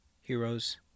heroes